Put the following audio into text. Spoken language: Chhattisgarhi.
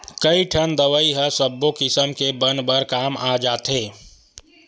कइठन दवई ह सब्बो किसम के बन बर काम आ जाथे